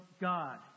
God